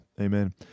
amen